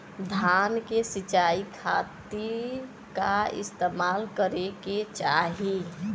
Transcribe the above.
धान के सिंचाई खाती का इस्तेमाल करे के चाही?